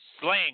sling